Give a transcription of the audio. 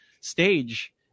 stage